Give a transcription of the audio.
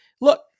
look